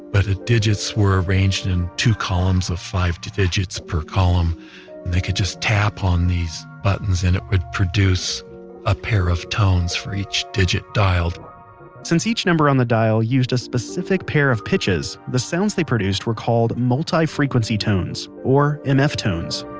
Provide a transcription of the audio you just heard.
but digits were arranged in two columns of five digits per column, and they could just tap on these buttons and it would produce a pair of tones for each digit dialed since each number on the dial used a specific pair of pitches, the sounds they produced were called multi frequency tones, or ah mf tones